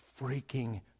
freaking